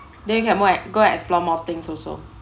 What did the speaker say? then we can and go explore more things also